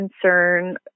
concern